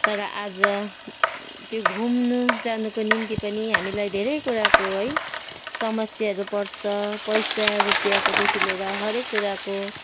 तर आज त्यो घुम्नु जानुको निम्ति पनि हामीलाई धेरै कुराको है समस्याहरू पर्छ पैसा रुपियाँकोदेखि लिएर हरेक कुराको